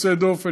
יוצא דופן,